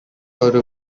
өөрөө